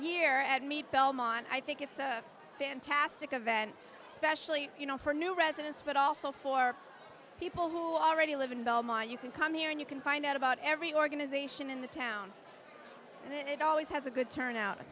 year at meet belmont i think it's a fantastic event especially you know for new residents but also for people who already live in belmont you can come here and you can find out about every organization in the town and it always has a good turnout